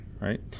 right